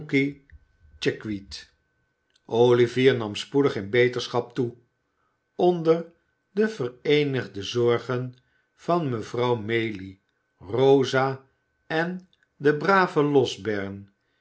chickweed olivier nam spoedig in beterschap toe onder de vereenigde zorgen van mevrouw maylie rosa en den braven